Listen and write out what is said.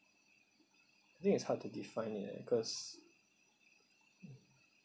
I think it's hard to define leh cause